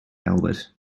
albert